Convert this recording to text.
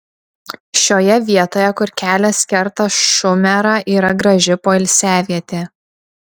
šioje vietoje kur kelias kerta šumerą yra graži poilsiavietė